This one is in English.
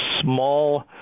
small